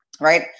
right